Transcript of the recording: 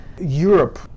Europe